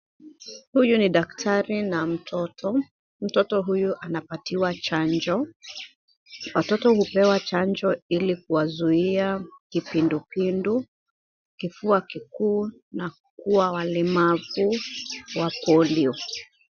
Huyu ni daktari na mtoto. Mtoto huyu anapatiwa chanjo. Watoto hupewa chanjo ili kuwazuia kipindupindu, kifua kikuu na kuwa walemavu wa polio.